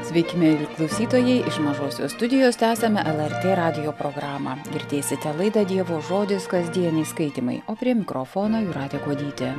sveiki mieli klausytojai iš mažosios studijos tęsiame lrtė radijo programą girdėsite laidą dievo žodis kasdieniai skaitymai o prie mikrofono jūratė kuodytė